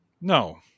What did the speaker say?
No